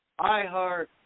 iHeart